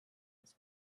was